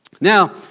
Now